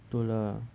betul ah